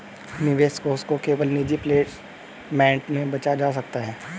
निवेश कोष को केवल निजी प्लेसमेंट में बेचा जा सकता है